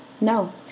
No